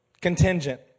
contingent